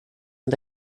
and